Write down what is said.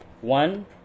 one